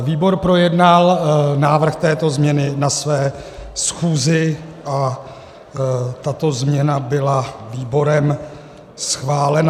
Výbor projednal návrh této změny na své schůzi a tato změna byla výborem schválena.